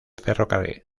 ferrocarril